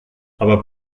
aber